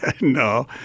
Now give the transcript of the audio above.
No